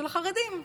של החרדים.